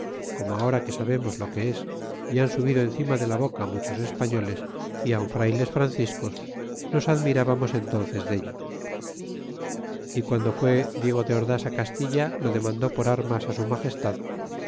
como ahora que sabemos lo que es y han subido encima de la boca muchos españoles y aun frayles franciscos nos admirábamos entónces dello y guando fue diego de ordás á castilla lo demandó por armas su magestad